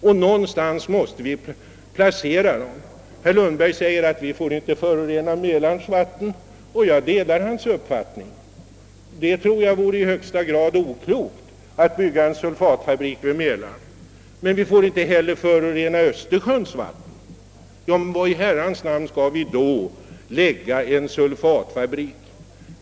Och någonstans måste vi ju placera dessa företag. Mälarens vatten får inte förorenas, säger herr Lundberg, och där delar jag hans uppfattning. Det vore i högsta grad oklokt att bygga en sulfatfabrik vid Mälaren. Men vi får inte heller förorena Östersjöns vatten, säger herr Lundberg. Var i Herrans namn skall vi då lägga en sulfatfabrik?